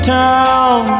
town